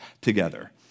together